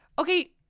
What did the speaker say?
okay